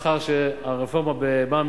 שהצטבר ל-80,000 דירות.